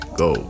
go